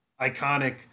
iconic